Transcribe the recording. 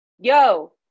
yo